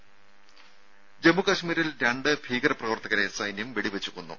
രും ജമ്മു കശ്മീരിൽ രണ്ട് ഭീകര പ്രവർത്തകരെ സൈന്യം വെടിവെച്ച് കൊന്നു